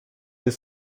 high